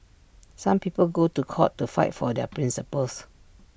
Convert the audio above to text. some people go to court to fight for their principles